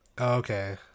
okay